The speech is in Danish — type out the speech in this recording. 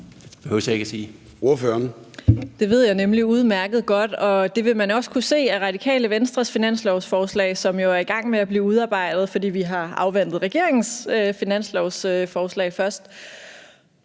Det ved jeg udmærket godt, og det vil man også kunne se i Radikale Venstres finanslovsforslag, som vi jo er i gang med at udarbejde, fordi vi har afventet regeringens finanslovsforslag først.